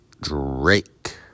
Drake